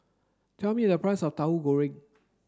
tell me the price of Tauhu Goreng